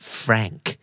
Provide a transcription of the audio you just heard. frank